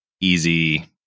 easy